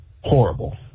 Horrible